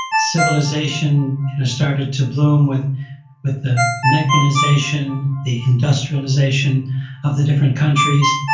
civilization started to bloom with with the mechanization, the industrialization of the different countries.